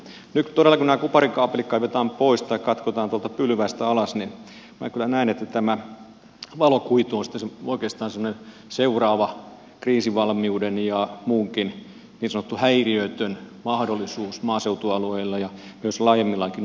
todella nyt kun nämä kuparikaapelit kaivetaan pois tai katkotaan tuolta pylväistä alas minä kyllä näen että tämä valokuitu on sitten oikeastaan semmoinen seuraava kriisivalmiuden ja muunkin niin sanottu häiriötön mahdollisuus maaseutualueilla ja myös laajemmillakin alueilla